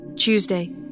Tuesday